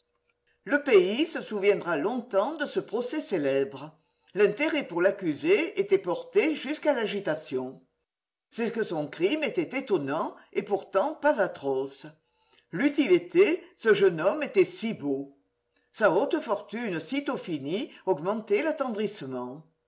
le pays se souviendra longtemps de ce procès célèbre l'intérêt pour l'accusé était porté jusqu'à l'agitation c'est que son crime était étonnant et pourtant pas atroce l'eût-il été ce jeune homme était si beau sa haute fortune sitôt finie